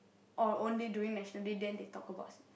or only during National Day then they talk about sing~